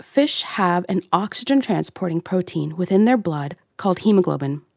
fish have an oxygen-transporting protein within their blood called haemoglobin.